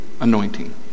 anointing